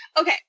Okay